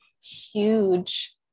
huge